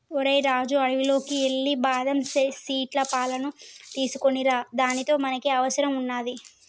ఓరై రాజు అడవిలోకి ఎల్లి బాదం సీట్ల పాలును తీసుకోనిరా దానితో మనకి అవసరం వున్నాది